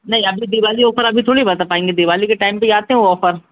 नहीं अभी दिवाली ओफर अभी थोड़ी बता पाएंगे दिवाली के टाइम पर ही आते हैं वो औफर